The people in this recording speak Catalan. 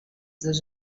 dos